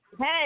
hey